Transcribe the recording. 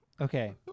Okay